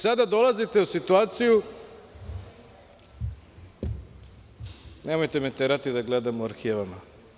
Sada dolazite u situaciju, nemojte me terati da gledam po arhivama.